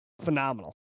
Phenomenal